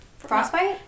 Frostbite